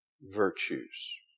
virtues